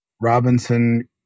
Robinson